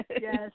Yes